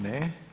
Ne.